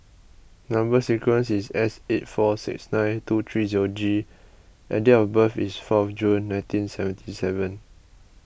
Number Sequence is S eight four six nine two three zero G and date of birth is four June nineteen seventy seven